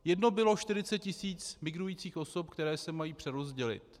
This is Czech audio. Jedno bylo 40 tis. migrujících osob, které se mají přerozdělit.